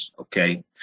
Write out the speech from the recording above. Okay